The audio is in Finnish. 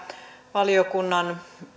valiokunnan